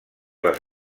les